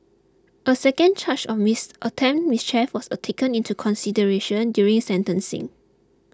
a second charge of miss attempted mischief was taken into consideration during sentencing